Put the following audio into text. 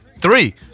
Three